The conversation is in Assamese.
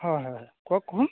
হয় হয় হয় কওক কোন